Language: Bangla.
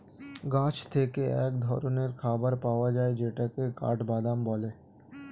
গাছ থেকে এক ধরনের খাবার পাওয়া যায় যেটাকে কাঠবাদাম বলে